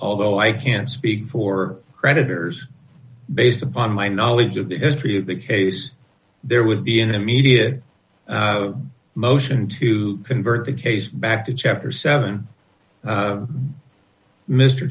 although i can't speak for creditors based upon my knowledge of the history of the case there would be an immediate motion to convert the case back to chapter seven